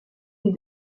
des